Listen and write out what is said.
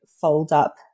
fold-up